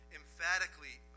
emphatically